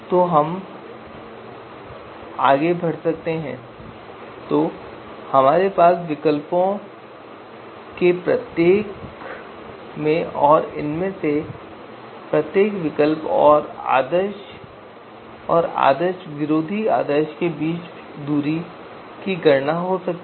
तो अब हम आगे बढ़ सकते हैं और इनमें से प्रत्येक विकल्प के लिए और इनमें से प्रत्येक विकल्प और आदर्श और विरोधी आदर्श बिंदुओं के बीच की दूरी की गणना कर सकते हैं